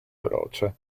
veloce